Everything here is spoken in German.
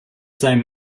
seinem